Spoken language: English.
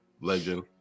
legend